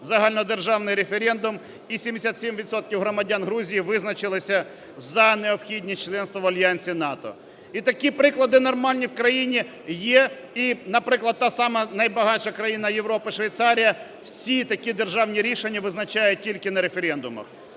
загальнодержавний референдум, і 77 відсотків громадян Грузії визначилися за необхідність членства в Альянсі НАТО. І такі приклади нормальні в країні є, і, наприклад, та сама найбагатша країна Європи Швейцарія всі такі державні рішення визначає тільки на референдумах.